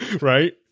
Right